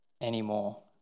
anymore